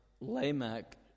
Lamech